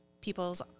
people's